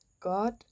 God